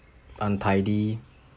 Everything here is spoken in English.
untidy